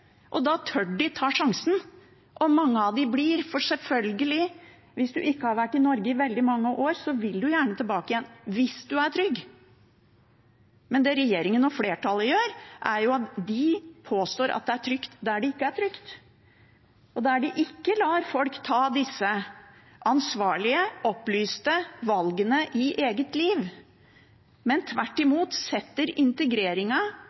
da tør de ta sjansen, og mange av dem blir. For selvfølgelig: Hvis man ikke har vært i Norge i veldig mange år, vil man gjerne tilbake igjen – hvis man er trygg. Men det regjeringen og flertallet gjør, er at de påstår at det er trygt der det ikke er trygt. Da lar de ikke folk ta disse ansvarlige, opplyste valgene i eget liv, men setter tvert